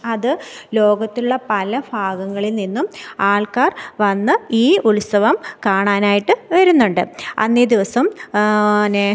അത് ലോകത്തുള്ള പല ഭാഗങ്ങളിൽ നിന്നും ആൾക്കാർ വന്ന് ഈ ഉത്സവം കാണാനായിട്ട് വരുന്നുണ്ട് അന്നേ ദിവസം നെ